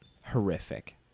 horrific